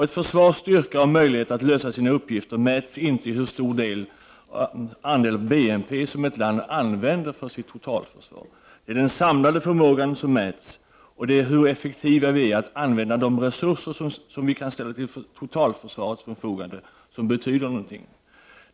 Ett försvars styrka och möjlighet att lösa sina uppgifter mäts inte i hur stor andel av BNP som ett land använder för sitt totalförsvar. Det är den samlade förmågan som avgör, och det är hur effektiva vi är att använda de resurser som vi kan ställa till totalförsvarets förfogande som betyder någonting.